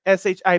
SHIP